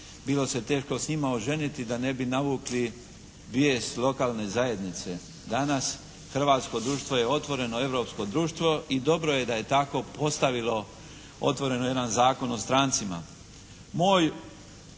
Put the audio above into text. bilo se teško s njima oženiti da ne bi navukli bijes lokalne zajednice. Danas hrvatsko društvo je otvoreno europsko društvo i dobro je da je tako postavilo otvoreno jedan Zakon o strancima.